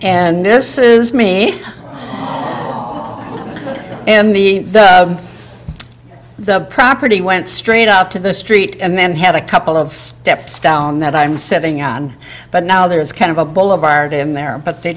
and this is me in the the property went straight up to the street and then had a couple of steps down that i'm sitting on but now there is kind of a boulevard in there but they